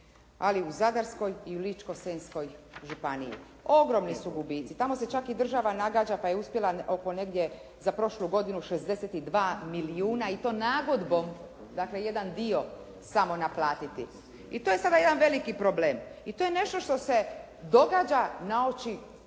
i u Zadarskoj i Ličko-senjskoj županiji. Ogromni su gubici. Tamo se čak i država nagađa pa je uspjela oko negdje za prošlu godinu 62 milijuna i to nagodbom dakle jedan dio samo naplatiti. I to je sada jedan veliki problem i to je nešto što se događa na oči